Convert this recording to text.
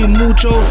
mucho